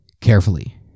carefully